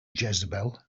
jezebel